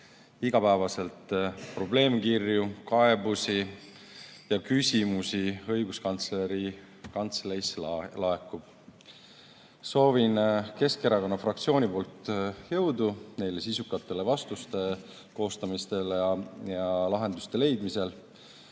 igapäevaselt probleemkirju, kaebusi ja küsimusi Õiguskantsleri Kantseleisse laekub. Soovin Keskerakonna fraktsiooni poolt jõudu sisukate vastuste koostamisel ja lahenduste